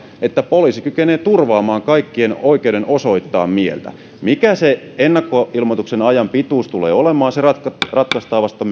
että poliisi kykenee turvaamaan kaikkien oikeuden osoittaa mieltään mikä se ennakkoilmoittamisajan pituus tulee olemaan se ratkaistaan vasta